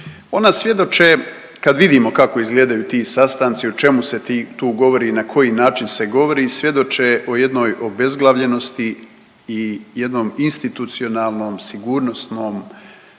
Ona svjedoče, kad vidimo kako izgledaju ti sastanci, o čemu se tu govori i na koji način se govori, svjedoče o jednoj obezglavljenosti i jednom institucionalnom, sigurnosnom,